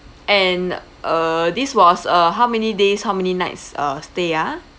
and uh this was uh how many days how many nights uh stay ah